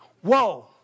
Whoa